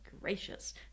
gracious